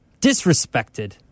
Disrespected